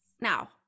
now